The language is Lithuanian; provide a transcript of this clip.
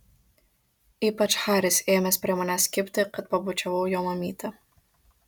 ypač haris ėmęs prie manęs kibti kad pabučiavau jo mamytę